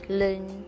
learn